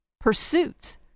pursuits